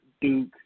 Duke